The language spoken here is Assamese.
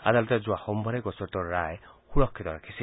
আদালতে যোৱা সোমবাৰে গোচৰটোৰ ৰায় সুৰক্ষিত ৰাখিছিল